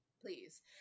please